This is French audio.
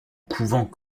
couvent